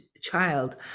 child